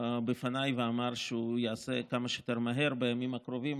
בפניי ואמר שהוא כמה שיותר מהר, בימים הקרובים,